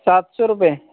سات سو روپئے